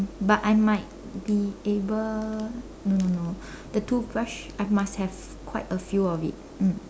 but I might be able no no no the toothbrush I must have quite a few of it mm